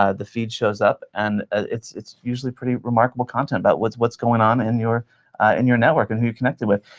ah the feed shows up, and it's it's usually pretty remarkable content about what's what's going on in your and your network and who you're connected with.